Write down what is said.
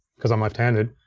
cause i'm left-handed.